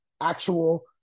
actual